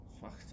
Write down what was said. fuck